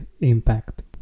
impact